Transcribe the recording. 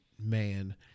man